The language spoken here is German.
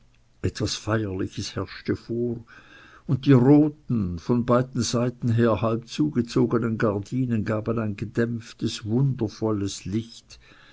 etwas feierliches herrschte vor und die roten von beiden seiten her halb zugezogenen gardinen gaben ein gedämpftes wundervolles licht